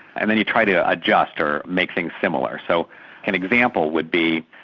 and then you try to adjust or make things similar. so an example would be,